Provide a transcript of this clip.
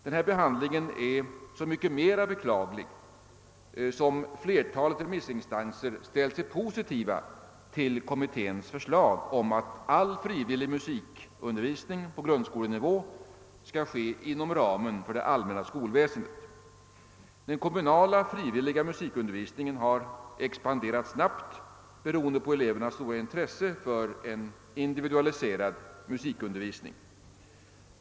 Denna behandling är så mycket mera beklaglig som flertalet remissinstanser ställt sig positiva till kommitténs förslag att all frivillig musikundervisning på grundskolenivå skall ske inom ramen för det allmänna skolväsendet. Den frivilliga musikundervisningen har expanderat snabbt beroende på elevernas stora intresse för en individualiserad musikundervisning.